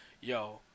yo